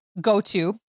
go-to